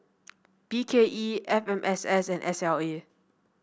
B K E F M S S and S L A